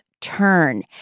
turn